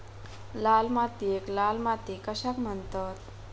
लाल मातीयेक लाल माती कशाक म्हणतत?